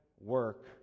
work